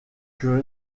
que